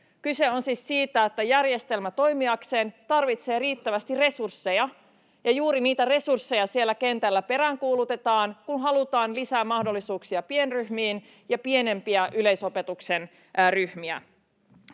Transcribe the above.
Kyse on siis siitä, että järjestelmä toimiakseen tarvitsee riittävästi resursseja, ja juuri niitä resursseja siellä kentällä peräänkuulutetaan, kun halutaan lisää mahdollisuuksia pienryhmiin ja pienempiä yleisopetuksen ryhmiä.